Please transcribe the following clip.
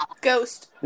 Ghost